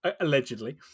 allegedly